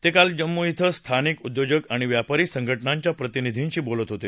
ते काल जम्मू इथं स्थानिक उद्योजक आणि व्यापारी संघटनांच्या प्रतिनिधींशी बोलत होते